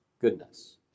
goodness